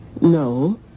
No